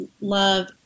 love